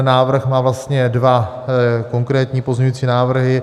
Návrh má vlastně dva konkrétní pozměňovací návrhy.